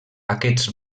aquests